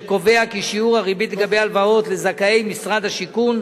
קובע כי שיעור הריבית לגבי הלוואות לזכאי משרד השיכון